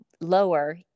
lower